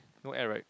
no air right